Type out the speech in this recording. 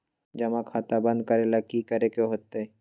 जमा खाता बंद करे ला की करे के होएत?